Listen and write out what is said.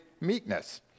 meekness